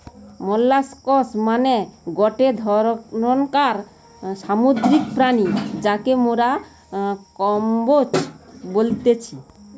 molluscs মানে গটে ধরণকার সামুদ্রিক প্রাণী যাকে মোরা কম্বোজ বলতেছি